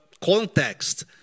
context